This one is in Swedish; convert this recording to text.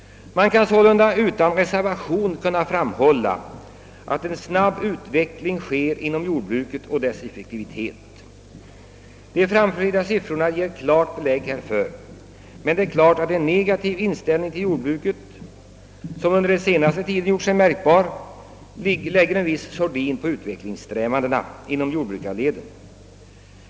Man kan sålunda utan reservation påstå att en snabb utveckling sker i fråga om jordbruket och dess effektivitet. De anförda siffrorna ger klart belägg härför, men den negativa inställning till jordbruket, som under den senaste tiden gjort sig märkbar, lägger givetvis en viss sordin på utvecklingssträvandena inom jordbrukarleden.